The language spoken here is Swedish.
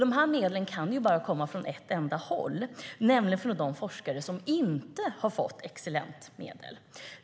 Dessa medel kan bara komma från ett enda håll, nämligen från de forskare som inte har tilldelats excellenta medel.